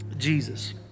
Jesus